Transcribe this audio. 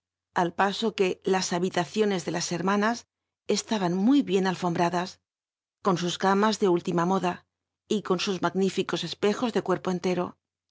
al pa o que la habital'ioncs de la hermanas cslaban mur bien alrnmbrada con us camas de última moda y con su ma nilico c pcjos de tucrpo entero